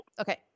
Okay